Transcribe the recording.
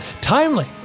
Timely